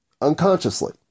Unconsciously